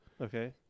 Okay